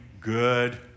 good